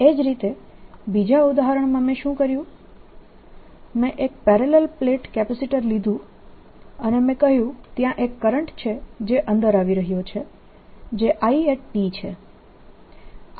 એ જ રીતે બીજા ઉદાહરણમાં મેં શું કર્યું મેં એક પેરેલલ પ્લેટ કેપેસિટર લીધું અને મેં કહ્યું ત્યાં એક કરંટ છે જે અંદર આવી રહ્યો છે જે I છે